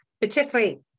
particularly